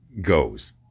goes